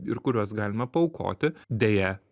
ir kuriuos galime paaukoti deja